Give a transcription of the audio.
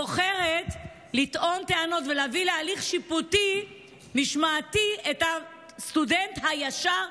בוחרת לטעון טענות ולהביא להליך שיפוטי משמעתי את הסטודנט הישר,